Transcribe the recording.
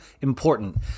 important